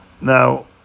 Now